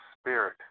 spirit